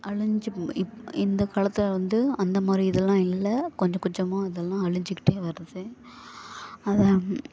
அழிஞ்சி இப் இந்த காலத்தில் வந்து அந்த மாதிரி இதெல்லாம் இல்லை கொஞ்சம் கொஞ்சமாக இதெல்லாம் அழிஞ்சிக்கிட்டே வருது அதை